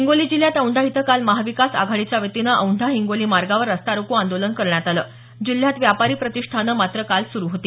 हिंगोली जिल्ह्यात औंढा इथं काल महाविकास आघाडीच्या वतीनं औंढा हिंगोली मार्गावर रस्ता रोको करण्यात आला जिल्ह्यात व्यापारी प्रतिष्ठानं मात्र काल सुरू होती